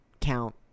count